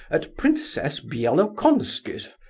at princess bielokonski's,